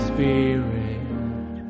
Spirit